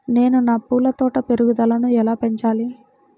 నేను నా పూల తోట పెరుగుదలను ఎలా పెంచాలి?